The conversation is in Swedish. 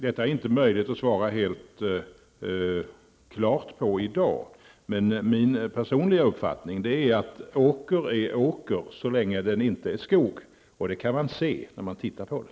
Det är i dag inte möjligt att ge ett klart svar på den frågan. Min personliga uppfattning är att åker är åker så länge den inte är skog. Det kan man se när man tittar på den.